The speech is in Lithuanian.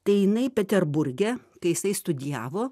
tai jinai peterburge kai jisai studijavo